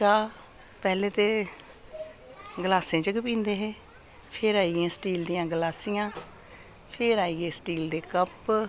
चाह् पैह्लें ते गलासें च गै पींदे हे फिर आई गेइयां स्टील दियां गलासियां फिर आई गे स्टील दे कप्प